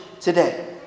today